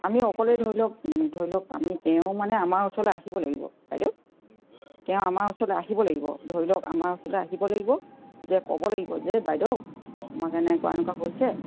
আমি অকলে ধৰি লওক ধৰি লওক আমি তেওঁ মানে আমাৰ ওচৰলৈ আহিব লাগিব বাইদেউ তেওঁ আমাৰ ওচৰলৈ আহিব লাগিব ধৰি লওক আমাৰ ওচৰলৈ আহিব লাগিব যে ক'ব লাগিব যে বাইদেউ আমাৰ এনেকুৱা এনেকুৱা হৈছে